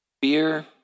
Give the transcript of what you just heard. Beer